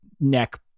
neck